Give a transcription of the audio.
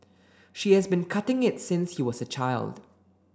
she has been cutting it since he was a child